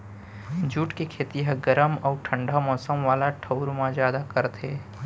jute के खेती ह गरम अउ ठंडा मौसम वाला ठऊर म जादा करथे